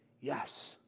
yes